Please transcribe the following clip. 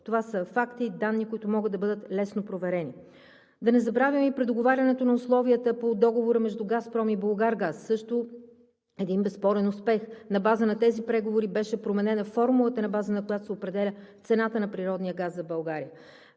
Това са факти и данни, които могат да бъдат лесно проверени. Да не забравяме и предоговарянето на условията по договора между „Газпром“ и „Булгаргаз“ – също един безспорен успех. На базата на тези преговори беше променена формулата, на която се определя цената, на природния газ за България.